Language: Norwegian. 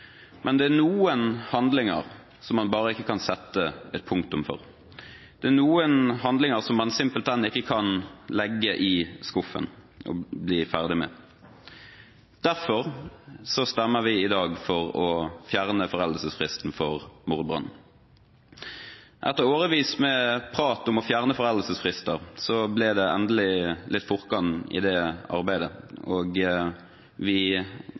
Men det er noen handlinger som man bare ikke kan sette et punktum for. Det er noen handlinger som man simpelthen ikke kan legge i skuffen og bli ferdig med. Derfor stemmer vi i dag for å fjerne foreldelsesfristen for mordbrann. Etter årevis med prat om å fjerne foreldelsesfrister ble det endelig litt fortgang i det arbeidet, og vi